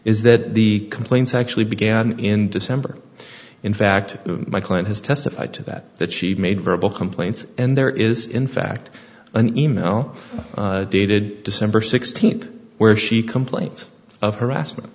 is that the complaints actually began in december in fact my client has testified to that that she had made verbal complaints and there is in fact an e mail dated december sixteenth where she complains of harassment